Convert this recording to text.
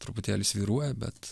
truputėlį svyruoja bet